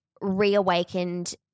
reawakened